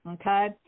Okay